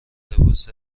لباس